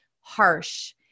harsh